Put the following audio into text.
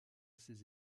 ses